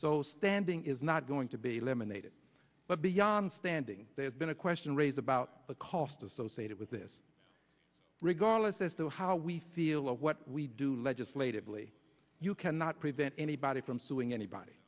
so standing is not going to be eliminated but beyond standing there's been a question raised about the cost associated with this regardless as to how we feel of what we do legislatively you cannot prevent anybody from suing anybody